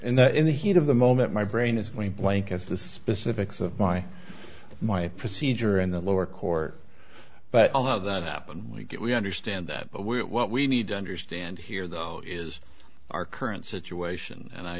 and in the heat of the moment my brain is going blank as the specifics of why my procedure and the lower court but all of that happened we get we understand that but we're what we need to understand here though is our current situation and i